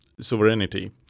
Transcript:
sovereignty